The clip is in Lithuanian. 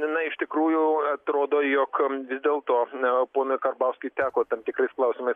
na iš tikrųjų atrodo jog vis dėl to na ponui karbauskiui teko tam tikrais klausimais